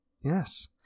Yes